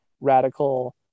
radical